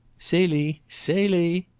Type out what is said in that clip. celie! celie!